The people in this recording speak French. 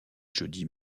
jeudis